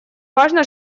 важно